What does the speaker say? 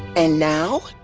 and now,